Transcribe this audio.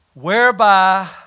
Whereby